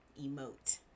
emote